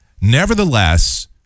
Nevertheless